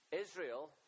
Israel